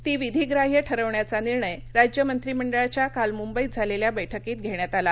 ती विधिग्राह्य ठरविण्याचा निर्णय राज्य मंत्रिमंडळाच्या काल मुंबईत झालेल्या बैठकीत घेण्यात आला